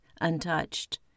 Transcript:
untouched